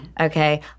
okay